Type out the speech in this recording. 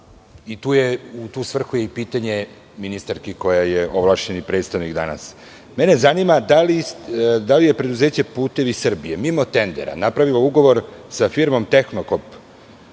Popović. U tu svrhu je i pitanje ministarki koja je ovlašćeni predstavnik danas. Zanima me – da li je preduzeće "Putevi Srbije" mimo tendera napravilo ugovor sa firmom "Tehnokop"?